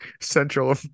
Central